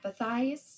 empathize